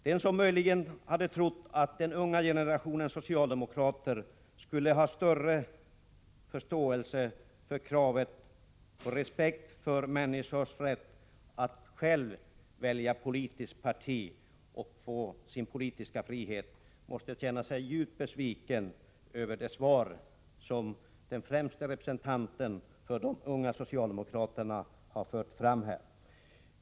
Den som möjligen hade trott att den unga generationen socialdemokrater skulle ha större förståelse för kravet på respekt för människors rätt att själva välja politiskt parti och få sin politiska frihet måste känna sig djupt besviken över det svar som den främsta representanten för de unga socialdemokraterna har fört fram här.